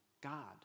God